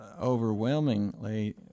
overwhelmingly